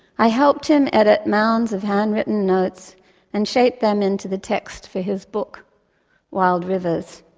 i helped him edit mounds of handwritten notes and shape them into the text for his book wild rivers.